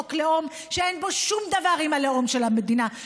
חוק לאום שאין בו שום דבר עם הלאום של המדינה,